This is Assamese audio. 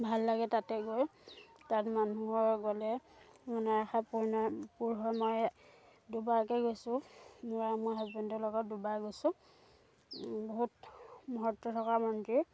ভাল লাগে তাতে গৈ তাত মানুহৰ গ'লে মনৰ আশা পূৰ্ণ পূৰ হয় মই দুবাৰকৈ গৈছোঁ মই মোৰ হাজবেণ্ডৰ লগত দুবাৰ গৈছোঁ বহুত মহত্ব থকা মন্দিৰ